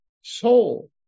soul